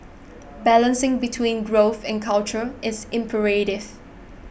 balancing between growth and culture is imperative